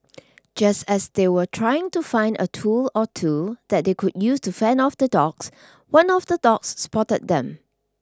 just as they were trying to find a tool or two that they could use to fend off the dogs one of the dogs spotted them